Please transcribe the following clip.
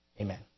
Amen